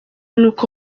n’uko